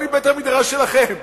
מבית-המדרש שלכם.